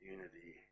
Unity